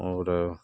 और